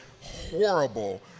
horrible